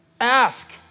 Ask